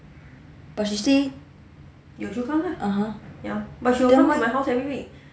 but she stay (uh huh) then